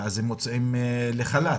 ומוצאים לחל"ת.